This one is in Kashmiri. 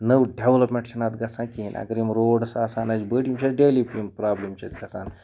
نٔو ڈٮ۪ولَپمٮ۪نٛٹ چھِنہٕ اَتھ گژھان کِہیٖنۍ اگر یِم روڈٕز آسہٕ ہَن اَسہِ بٔڑۍ یِم چھِ اَسہِ ڈیلی یِم پرٛابلِم چھِ اَسہِ گژھان